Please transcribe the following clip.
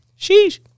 Sheesh